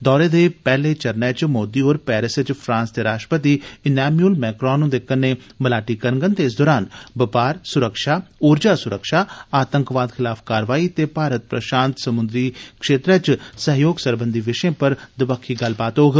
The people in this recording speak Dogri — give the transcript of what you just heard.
दौरे दे पैहले चरणै च मोदी होर पेरिस च फ्रांस दे राष्ट्रपति इनाम्यूल मैकरॉन हृन्दे कन्नै मलाटी करगंन ते इस दौरान बपार सुरक्षा ऊर्जा सुरक्षा आतंकवाद खलाफ कारवाई ते भारत प्रशांत समुंद्री क्षेत्रै च सहयोग सरबंधी विषयें पर दबक्खी गल्लबात होग